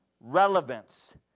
relevance